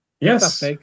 Yes